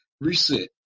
reset